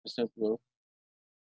uh seven kilo